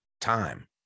time